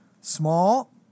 small